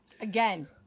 Again